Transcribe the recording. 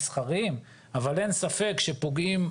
אין בה שום מחויבות,